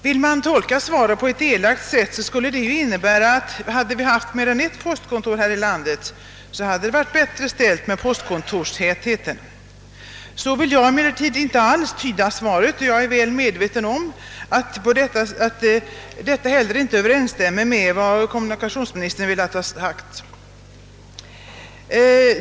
Ville man tolka svaret på ett elakt sätt kunde man säga att det innebär, att om vi hade haft mer än ett postverk här i landet, så hade det varit bättre ställt med postkontorstätheten. Så vill jag emellertid inte tyda svaret, och jag är väl medveten om att detta på intet sätt överensstämmer med vad kommunikationsministern velat säga.